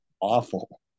awful